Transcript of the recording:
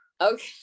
okay